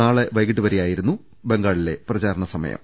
നാളെ വൈകീട്ട് വരെയായിരുന്നു ബംഗാളിലെ പ്രചാരണ സമയം